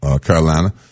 Carolina